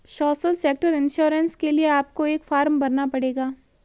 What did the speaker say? social sector insurance के लिए आपको एक फॉर्म भरना पड़ेगा